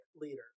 leader